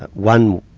one,